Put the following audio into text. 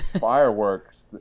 Fireworks